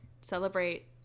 celebrate